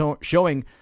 showing